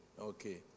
Okay